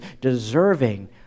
deserving